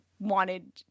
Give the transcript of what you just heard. wanted